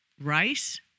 rice